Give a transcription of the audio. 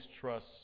trusts